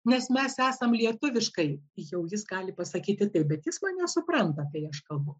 nes mes esam lietuviškai jau jis gali pasakyti taip bet jis mane supranta kai aš kalbu